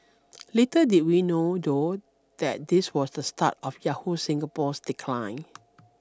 little did we know though that this was the start of Yahoo Singapore's decline